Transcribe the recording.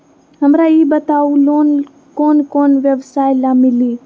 हमरा ई बताऊ लोन कौन कौन व्यवसाय ला मिली?